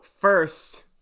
first